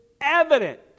evident